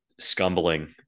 scumbling